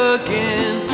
again